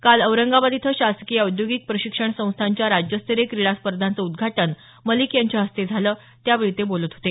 काल औरंगाबाद इथं शासकीय औद्योगिक प्रशिक्षण संस्थांच्या राज्यस्तरीय क्रीडा स्पर्धांचं उद्घाटन मलिक यांच्या हस्ते झालं त्यावेळी ते बोलत होते